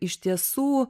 iš tiesų